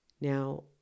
Now